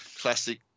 classic